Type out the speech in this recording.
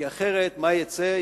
כי אחרת מה יצא?